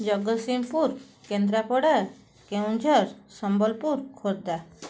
Jagatsinghpur Kendrapara Keonjhar Sambalpur Khordha